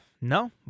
No